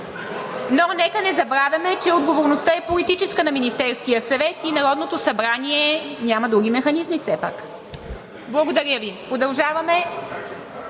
Нека не забравяме, че отговорността е политическа на Министерския съвет и Народното събрание няма други механизми –все пак. Благодаря Ви. Продължаваме